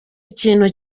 ikintu